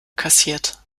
kassiert